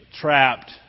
trapped